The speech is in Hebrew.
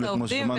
זה גיוס העובדים